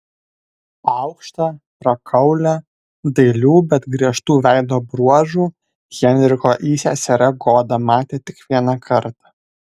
aukštą prakaulią dailių bet griežtų veido bruožų henriko įseserę goda matė tik vieną kartą